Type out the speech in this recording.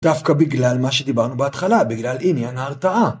דווקא בגלל מה שדיברנו בהתחלה, בגלל עניין ההרתעה.